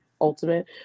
ultimate